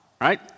right